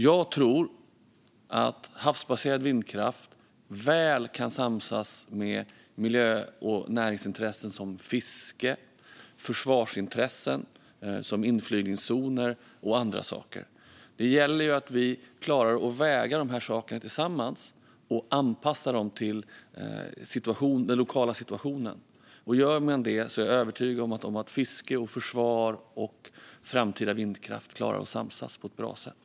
Jag tror att havsbaserad vindkraft kan samsas väl med miljö och näringsintressen, som fiske, och med försvarsintressen, som inflygningszoner och andra saker. Det gäller att vi klarar att väga de här sakerna tillsammans och anpassa dem till den lokala situationen. Gör man det är jag övertygad om att fiske, försvar och framtida vindkraft klarar att samsas på ett bra sätt.